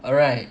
alright